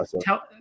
Tell